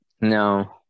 no